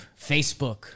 Facebook